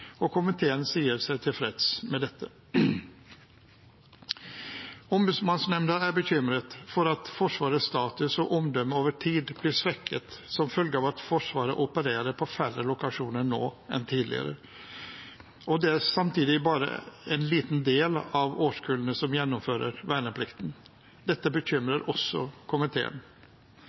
og komiteen sier seg tilfreds med dette. Ombudsmannsnemnda er bekymret for at Forsvarets status og omdømme over tid blir svekket som følge av at Forsvaret opererer på færre lokasjoner nå enn tidligere. Samtidig er det bare en liten del av årskullene som gjennomfører verneplikten. Dette bekymrer også komiteen.